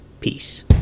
Peace